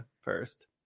first